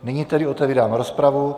Nyní tedy otevírám rozpravu.